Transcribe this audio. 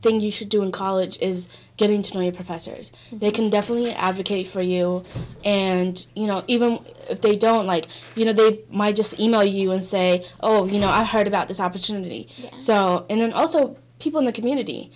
thing you should do in college is getting to a professors they can definitely advocate for you and you know even if they don't like you know my just e mail us say oh you know i heard about this opportunity so and then also people in the community